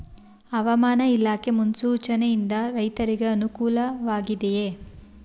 ಹವಾಮಾನ ಇಲಾಖೆ ಮುನ್ಸೂಚನೆ ಯಿಂದ ರೈತರಿಗೆ ಅನುಕೂಲ ವಾಗಿದೆಯೇ?